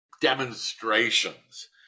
demonstrations